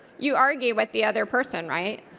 you argue with the other person. right?